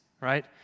right